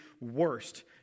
worst